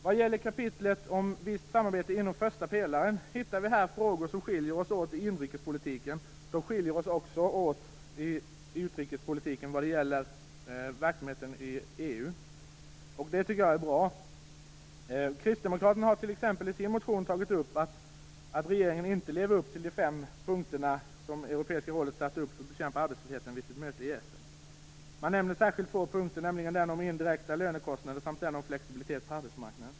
Vad gäller kapitlet om visst samarbete inom första pelaren hittar vi frågor som skiljer oss åt i inrikespolitiken, men också i utrikespolitiken vad gäller verksamheten i EU. Det tycker jag är bra. Kristdemokraterna tar t.ex. i sin motion upp att regeringen inte lever upp till vad som sägs i de fem punkter som Europeiska rådet vid sitt möte i Essen satte upp och som handlar om att bekämpa arbetslösheten. Man nämner särskilt två punkter, nämligen den om indirekta lönekostnader och den om flexibilitet på arbetsmarknaden.